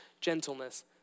gentleness